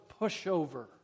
pushover